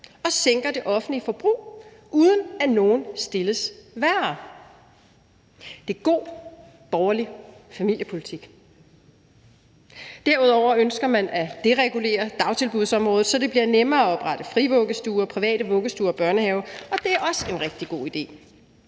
og sænker det offentlige forbrug, uden at nogen stilles værre. Det er god borgerlig familiepolitik. Derudover ønsker man at deregulere dagtilbudsområdet, så det bliver nemmere at oprette frivuggestuer, private vuggestuer og børnehaver, og det er også en rigtig god idé.